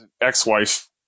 ex-wife